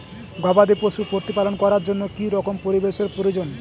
গবাদী পশু প্রতিপালন করার জন্য কি রকম পরিবেশের প্রয়োজন?